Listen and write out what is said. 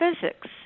physics